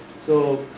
so,